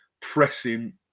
pressing